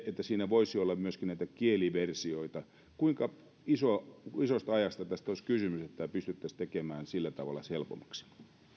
että siinä voisi olla myöskin näitä kieliversioita kuinka isosta ajasta tässä olisi kysymys että tämä pystyttäisiin tekemään sillä tavalla helpommaksi